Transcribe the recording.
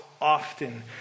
often